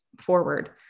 forward